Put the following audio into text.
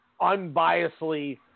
unbiasedly